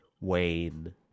Wayne